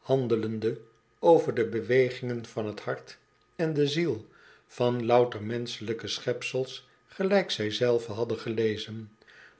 handelende over de bewegingen van t hart en de ziel van louter menschelijke schepsels gelijk zij zelve hadden gelezen